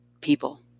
people